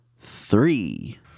three